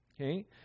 okay